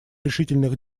решительных